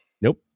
Nope